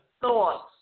thoughts